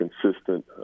consistent